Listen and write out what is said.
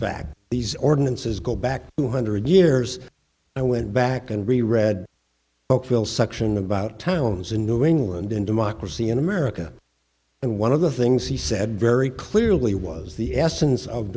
fact these ordinances go back two hundred years i went back and re read will section about towns in new england in democracy in america and one of the things he said very clearly was the essence of